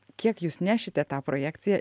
kiek jūs nešite tą projekciją